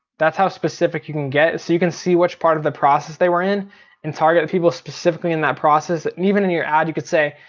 that's how specific you can get, so you can see which part of the process they were in and target people specifically in that process. and even in your ad you could say,